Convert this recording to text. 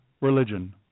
religion